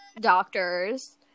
doctors